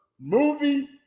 movie